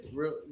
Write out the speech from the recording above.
real